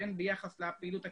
ביחס לפעילות הכללית,